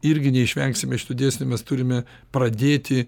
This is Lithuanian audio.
irgi neišvengsime šitų dėsnių mes turime pradėti